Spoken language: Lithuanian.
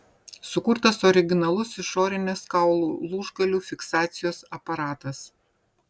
sukurtas originalus išorinės kaulų lūžgalių fiksacijos aparatas